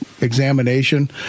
examination